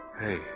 Hey